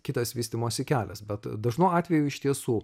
kitas vystymosi kelias bet dažnu atveju iš tiesų